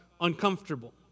uncomfortable